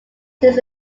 this